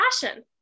passion